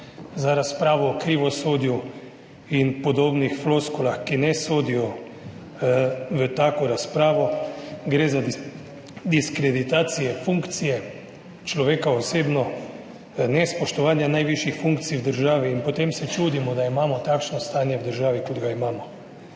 za razpravo o krivosodju in podobnih floskulah, ki ne sodijo v tako razpravo. Gre za diskreditacije funkcije človeka osebno, nespoštovanja najvišjih funkcij v državi in potem se čudimo, da imamo takšno stanje v državi, kot ga imamo.